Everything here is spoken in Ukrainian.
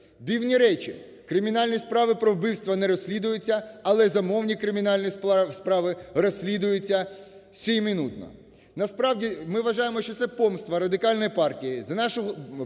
Дивні речі: кримінальні справи про вбивства не розслідуються, але замовні кримінальні справи розслідуються сиюминутно. Насправді ми вважаємо, що це помста Радикальної партії